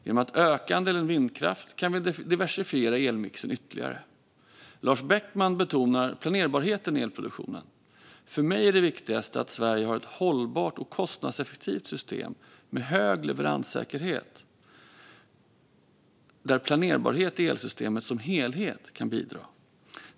Genom att öka andelen vindkraft kan vi diversifiera elmixen ytterligare. Lars Beckman betonar planerbarheten i elproduktionen. För mig är det viktigast att Sverige har ett hållbart och kostnadseffektivt system med hög leveranssäkerhet där planerbarhet i elsystemet som helhet kan bidra.